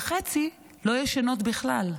וחצי לא ישנות בכלל?